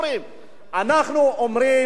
אנחנו אומרים: צריך ליצור איזון.